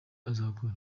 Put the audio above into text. azakora